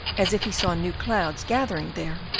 as if he saw new clouds gathering there,